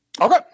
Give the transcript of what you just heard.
Okay